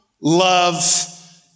love